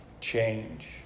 change